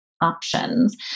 options